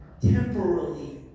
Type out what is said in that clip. temporarily